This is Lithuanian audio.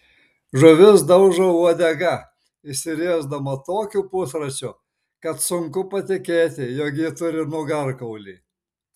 žuvis daužo uodega išsiriesdama tokiu pusračiu kad sunku patikėti jog ji turi nugarkaulį